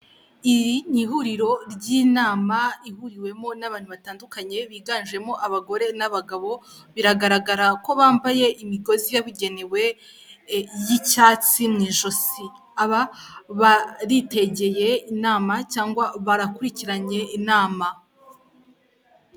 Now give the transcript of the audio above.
Iri ni ihuriro ry'inama ihuriwemo n'abantu batandukanye biganjemo abagore n'abagabo, biragaragara ko bambaye imigozi yabugenewe y'icyatsi mu ijosi, aba baritegeye inama cyangwa barakurikiranye inama.